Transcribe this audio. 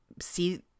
see